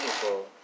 people